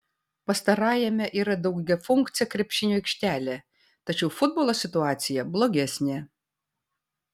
pastarajame yra daugiafunkcė krepšinio aikštelė tačiau futbolo situacija blogesnė